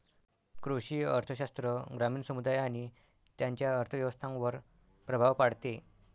कृषी अर्थशास्त्र ग्रामीण समुदाय आणि त्यांच्या अर्थव्यवस्थांवर प्रभाव पाडते